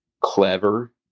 clever